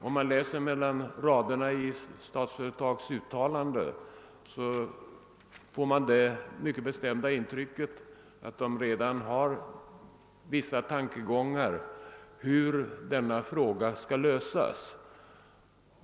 Om man läser mellan raderna i detta uttalande får man där det mycket bestämda intrycket att ledningen för detta företag har vissa tankar om hur detta problem skall lösas.